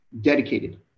dedicated